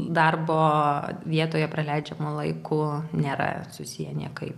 darbo vietoje praleidžiamu laiku nėra susiję niekaip